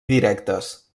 directes